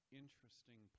interesting